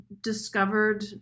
discovered